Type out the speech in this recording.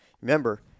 remember